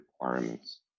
requirements